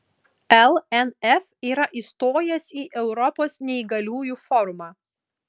lnf yra įstojęs į europos neįgaliųjų forumą